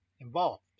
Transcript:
involved